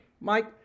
Mike